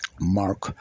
Mark